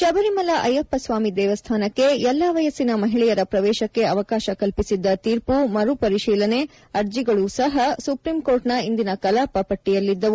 ಶಬರಿಮಲಾ ಅಯ್ಯಪ್ಪಸ್ವಾಮಿ ದೇವಸ್ವಾನಕ್ಕೆ ಎಲ್ಲಾ ವಯಸ್ಪಿನ ಮಹಿಳೆಯರ ಪ್ರವೇಶಕ್ಕೆ ಅವಕಾಶ ಕಲ್ಪಿಸಿದ್ದ ತೀರ್ಪು ಮರು ಪರಿಶೀಲನೆ ಅರ್ಜಿಗಳೂ ಸಹ ಸುಪ್ರೀಕೋರ್ಟ್ನ ಇಂದಿನ ಕಲಾಪ ಪಟ್ಟಿಯಲ್ಲಿದ್ದವು